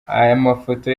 amafoto